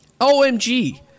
OMG